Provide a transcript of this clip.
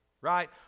right